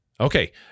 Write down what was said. Okay